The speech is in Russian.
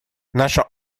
наша